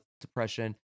depression